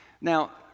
Now